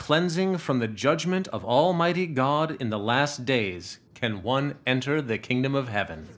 cleansing from the judgment of almighty god in the last days can one enter the kingdom of heaven